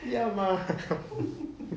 ya mah